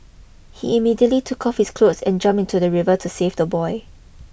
he immediately took off his cloth and jump into the river to save the boy